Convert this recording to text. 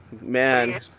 Man